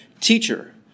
Teacher